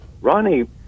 Ronnie